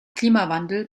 klimawandel